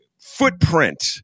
footprint